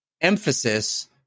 emphasis